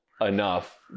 enough